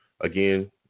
again